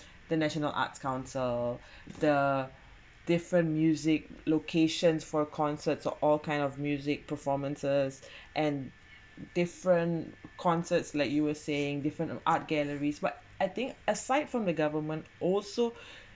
the national arts council the different music locations for concerts are all kind of music performances and different concerts like you were saying different of art galleries but I think as sight from the government also